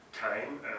time